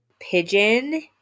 Pigeon